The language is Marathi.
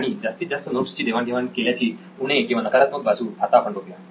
आणि जास्तीत जास्त नोट्स ची देवाण घेवाण केल्याची उणे किंवा नकारात्मक बाजू आता आपण बघुया